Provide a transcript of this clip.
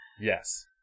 Yes